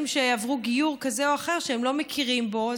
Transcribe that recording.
שעברו גיור כזה או אחר שהם לא מכירים בו.